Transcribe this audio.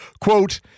quote